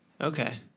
Okay